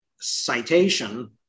citation